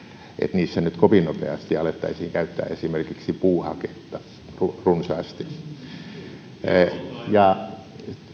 niissä nyt kovin nopeasti alettaisiin käyttää runsaasti esimerkiksi puuhaketta ja